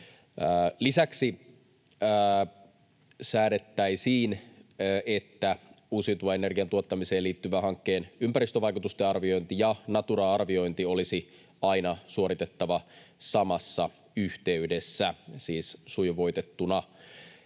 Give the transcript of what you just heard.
Lisäksi säädettäisiin, että uusiutuvan energian tuottamiseen liittyvän hankkeen ympäristövaikutusten arviointi ja Natura-arviointi olisi aina suoritettava samassa yhteydessä, siis sujuvoitettuna.